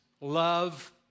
Love